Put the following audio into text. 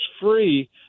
free